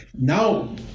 Now